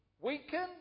weaken